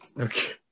Okay